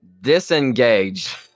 disengage